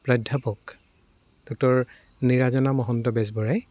প্ৰাধ্যাপক doctor Nirajana Mahanta বেজবৰাই